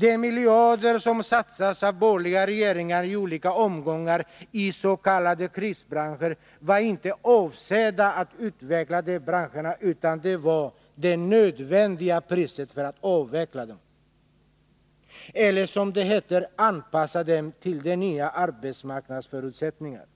De miljarder som satsats av borgerliga regeringar i olika omgångar i s.k. krisbranscher var inte avsedda att utveckla dessa branscher, utan pengarna utgjorde det nödvändiga priset för att avveckla dem, eller, som det hette, ”anpassa” dem till de nya arbetsmarknadsförutsättningarna.